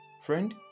friend